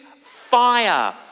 fire